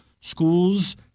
schools